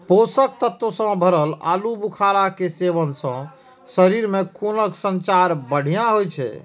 पोषक तत्व सं भरल आलू बुखारा के सेवन सं शरीर मे खूनक संचार बढ़िया होइ छै